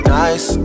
nice